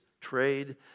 trade